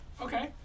Okay